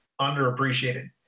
underappreciated